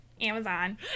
Amazon